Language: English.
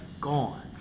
gone